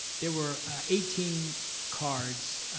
there were eighteen cards,